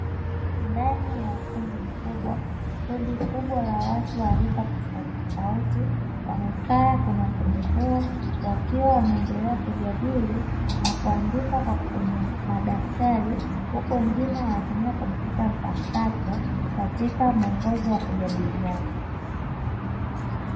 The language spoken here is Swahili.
Ndani ya ukumbi mkubwa kundi kubwa la watu wa rika tofautitofauti wamekaa kwenye ukumbi huo wakiwa wanaendelea kujadili na kuandika kwenye madaftari, huku wengine wanatumia kompyuta mpakato katika muongozo wa kujadiliana.